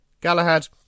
Galahad